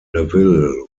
neville